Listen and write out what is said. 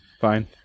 Fine